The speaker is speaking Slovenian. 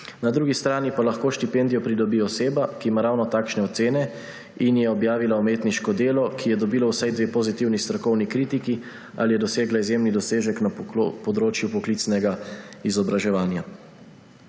Na drugi strani pa lahko štipendijo pridobi oseba, ki ima ravno takšne ocene in je objavila umetniško delo, ki je dobilo vsaj dve pozitivni strokovni kritiki, ali je dosegla izjemni dosežek na področju poklicnega izobraževanja.